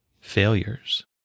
failures